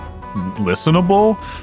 listenable